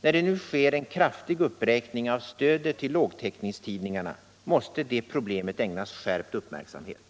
När det nu sker en kraftig uppräkning av stödet till lågtäckningstidningarna måste detta problem ägnas skärpt uppmärksamhet.